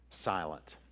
silent